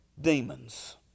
demons